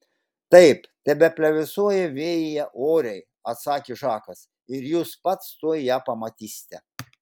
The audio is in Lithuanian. taip tebeplevėsuoja vėjyje oriai atsakė žakas ir jūs pats tuoj ją pamatysite